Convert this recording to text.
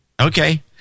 Okay